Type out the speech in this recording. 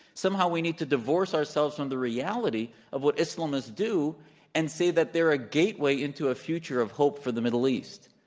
somehow we need to divorce ourselves from the reality of what islamists do and say that they're a gateway into a future of hope for the middle east.